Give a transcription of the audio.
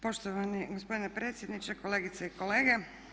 Poštovani gospodine predsjedniče, kolegice i kolege.